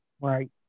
right